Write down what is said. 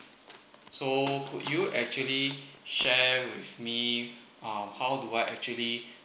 so could you actually share with me uh how do I actually